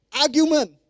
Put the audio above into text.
argument